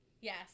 Yes